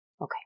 Okay